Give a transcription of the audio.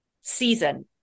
season